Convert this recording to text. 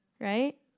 Right